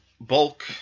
bulk